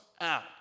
out